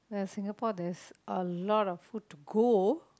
Singapore there's a lot of food to go